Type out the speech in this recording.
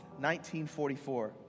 1944